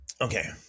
Okay